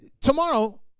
tomorrow